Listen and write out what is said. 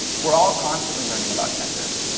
we're all constantly learning about gender.